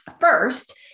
first